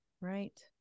Right